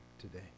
today